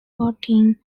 bottling